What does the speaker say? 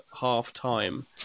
half-time